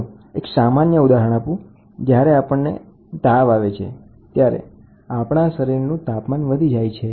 ચાલો એક સામાન્ય ઉદાહરણ આપું જ્યારે આપણને તાવ આવે છે ત્યારે આપણા શરીરનું તાપમાન વધી જાય છે